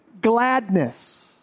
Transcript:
gladness